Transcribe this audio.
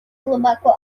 глубоко